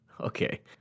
Okay